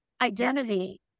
identity